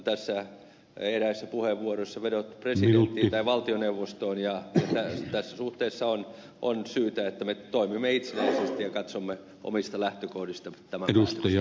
tässä on eräissä puheenvuoroissa vedottu presidenttiin tai valtioneuvostoon ja tässä suhteessa on syytä että me toimimme itsenäisesti ja katsomme omista lähtökohdistamme tämän päätöksen